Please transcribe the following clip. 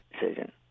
decision